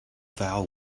vow